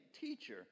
Teacher